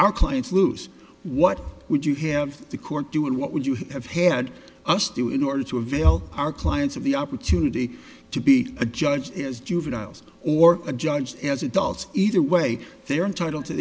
our clients lose what would you have the court do and what would you have had us do in order to avail our clients of the opportunity to be a judge is juveniles or a judge as adults either way they're entitled to